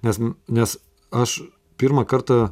nes nes aš pirmą kartą